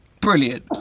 brilliant